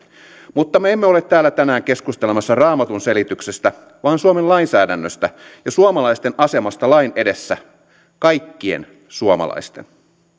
mutta me emme ole täällä tänään keskustelemassa raamatunselityksestä vaan suomen lainsäädännöstä ja suomalaisten asemasta lain edessä kaikkien suomalaisten